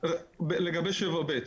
לגבי 7ב',